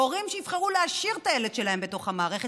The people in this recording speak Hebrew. הורים שיבחרו להשאיר את הילד שלהם בתוך המערכת